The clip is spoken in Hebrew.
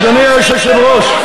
אדוני היושב-ראש,